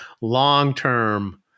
long-term